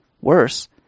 Worse